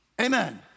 Amen